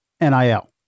NIL